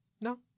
No